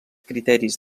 criteris